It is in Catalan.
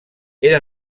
era